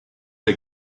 der